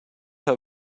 her